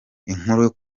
inkuru